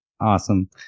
awesome